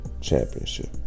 Championship